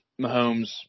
Mahomes